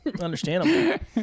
Understandable